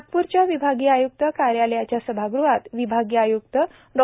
नागपूरच्या विभागीय आय्क्त कार्यालयाच्या सभागृहात विभागीय आय्क्त डॉ